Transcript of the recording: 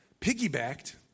piggybacked